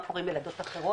מה קורה עם ילדות אחרות?